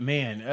Man